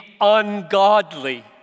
ungodly